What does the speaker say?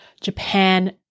Japan